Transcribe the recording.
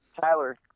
Tyler